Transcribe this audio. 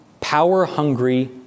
power-hungry